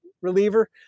reliever